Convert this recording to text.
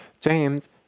James